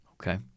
Okay